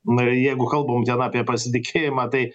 na ir jeigu kalbam ten apie pasitikėjimą tai